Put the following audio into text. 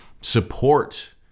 support